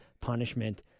punishment